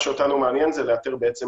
מה שאותנו מעניין זה לאתר את מצבו.